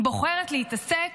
בוחרת להתעסק